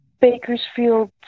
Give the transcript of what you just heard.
Bakersfield